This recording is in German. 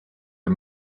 der